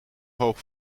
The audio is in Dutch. hoog